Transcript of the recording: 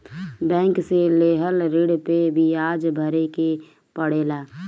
bank से लेहल ऋण पे बियाज भरे के पड़ेला